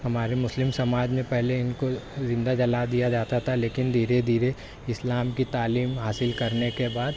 ہمارے مسلم سماج میں پہلے ان کو زندہ جلا دیا جاتا تھا لیکن دھیرے دھیرے اسلام کی تعلیم حاصل کرنے کے بعد